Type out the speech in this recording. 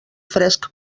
fresc